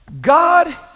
God